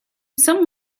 some